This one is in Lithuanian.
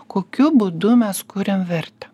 kokiu būdu mes kuriam vertę